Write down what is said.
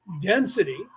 density